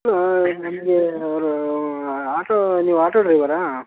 ನಮಗೆ ಅವರೂ ಆಟೋ ನೀವು ಆಟೋ ಡ್ರೈವರಾ